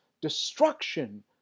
destruction